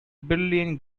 brilliant